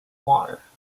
water